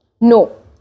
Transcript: No